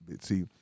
see